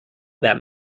that